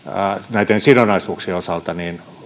näiden sidonnaisuuksien osalta